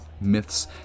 myths